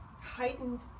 heightened